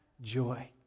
joy